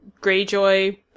Greyjoy